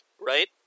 right